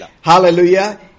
Hallelujah